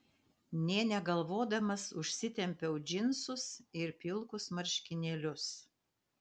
nė negalvodamas užsitempiau džinsus ir pilkus marškinėlius